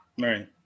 Right